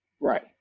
Right